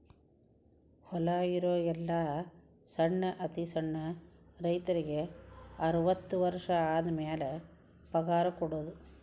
ಹೊಲಾ ಇರು ಎಲ್ಲಾ ಸಣ್ಣ ಅತಿ ಸಣ್ಣ ರೈತರಿಗೆ ಅರ್ವತ್ತು ವರ್ಷ ಆದಮ್ಯಾಲ ಪಗಾರ ಕೊಡುದ